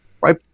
Right